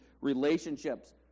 relationships